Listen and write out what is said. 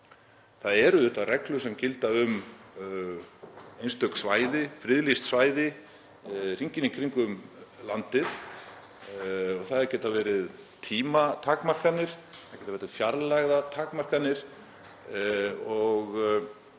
Það eru auðvitað reglur sem gilda um einstök svæði, friðlýst svæði hringinn í kringum landið; það geta verið tímatakmarkanir, það geta verið fjarlægðartakmarkanir og það